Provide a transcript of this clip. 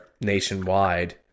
nationwide